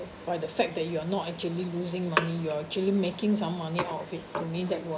by the fact that you're not actually losing money you are actually making some money out of it to me that was